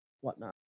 whatnot